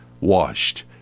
washed